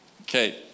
Okay